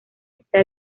está